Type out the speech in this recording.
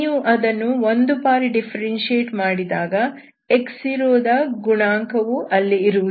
ನೀವು ಅದನ್ನು ಒಂದು ಬಾರಿ ಡಿಫ್ಫೆರೆನ್ಶಿಯೇಟ್ ಮಾಡಿದಾಗ x0 ದ ಗುಣಾಂಕವು ಅಲ್ಲಿ ಇರುವುದಿಲ್ಲ